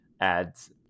adds